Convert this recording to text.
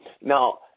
now